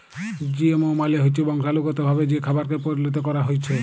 GMO মালে হচ্যে বংশালুগতভাবে যে খাবারকে পরিলত ক্যরা হ্যয়েছে